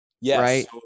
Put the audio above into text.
Yes